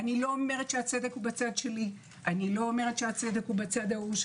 אני לא אומרת שהצדק בצד שלי או שהצדק בצד ההוא,